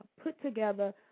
put-together